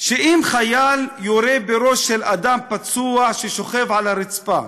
שאם חייל יורה בראש של אדם פצוע ששוכב על הרצפה,